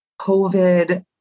COVID